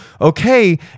Okay